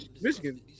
Michigan